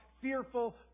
fearful